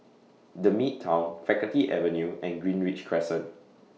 The Midtown Faculty Avenue and Greenridge Crescent